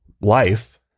life